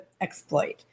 exploit